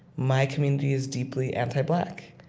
my community is deeply anti-black,